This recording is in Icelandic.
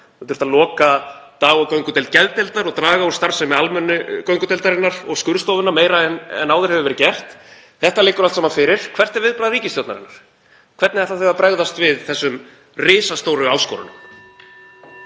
Það hefur þurft að loka dag- og göngudeild geðdeildar og draga úr starfsemi almennu göngudeildarinnar og skurðstofunnar meira en áður hefur verið gert. Þetta liggur allt saman fyrir. Hvert er viðbragð ríkisstjórnarinnar? Hvernig ætla þau að bregðast við þessum risastóru áskorunum?